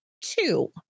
two